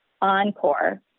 Encore